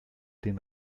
den